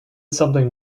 something